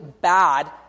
bad